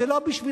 זה לא בשבילכם,